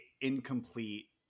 incomplete